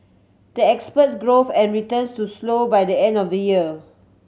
the expects growth and returns to slow by the end of the year